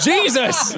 Jesus